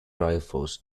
rifles